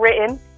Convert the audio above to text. written